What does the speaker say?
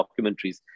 documentaries